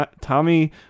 Tommy